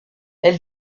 elle